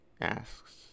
asks